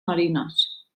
marines